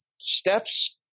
steps